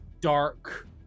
dark